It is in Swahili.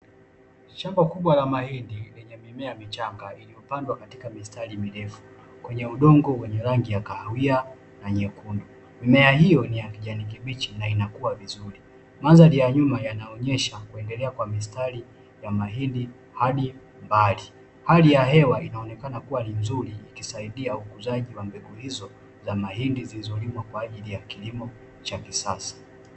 Shamba kubwa la mahindi, lenye mimea michanga iliyopandwa katika mistari mirefu kwenye udongo wenye rangi ya kahawia na nyekundu, mimea hiyo ni ya kijani kibichi na inakuwa vizuri mandhari ya nyuma yanaonyesha kuendelea kwa mistari ya mahindi hadi mbali, hali ya hela inaonekana kuwa ni nzuri ikisaidia ukuzaji wa mbegu hizo za mahindi zilizolimwa kwaajili ya kilimo cha kisasa.